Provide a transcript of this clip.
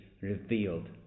revealed